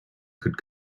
could